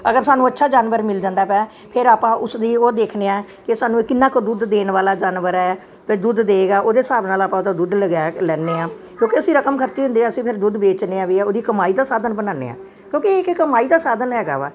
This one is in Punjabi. ਅਗਰ ਸਾਨੂੰ ਅੱਛਾ ਜਾਨਵਰ ਮਿਲ ਜਾਂਦਾ ਵਾ ਫਿਰ ਆਪਾਂ ਉਸ ਦੀ ਉਹ ਦੇਖਦੇ ਐ ਕਿ ਸਾਨੂੰ ਇਹ ਕਿੰਨਾ ਕੁ ਦੁੱਧ ਦੇਣ ਵਾਲਾ ਜਾਨਵਰ ਹੈ ਅਤੇ ਦੁੱਧ ਦੇਗਾ ਉਹਦੇ ਹਿਸਾਬ ਨਾਲ ਆਪਾਂ ਉਹਦਾ ਦੁੱਧ ਲਗਾ ਲੈਂਦੇ ਹਾਂ ਕਿਉਂਕਿ ਅਸੀਂ ਰਕਮ ਖਰਚੀ ਹੁੰਦੀ ਆ ਅਸੀਂ ਫਿਰ ਦੁੱਧ ਵੇਚਦੇ ਹਾਂ ਵੀ ਉਹਦੀ ਕਮਾਈ ਦਾ ਸਾਧਨ ਬਣਾਉਂਦੇ ਹਾਂ ਕਿਉਂਕਿ ਇੱਕ ਕਮਾਈ ਦਾ ਸਾਧਨ ਹੈਗਾ ਵਾ